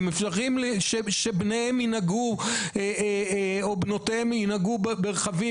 ומפחדים שבניהם ובנותיהם ינהגו ברכב,